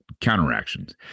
counteractions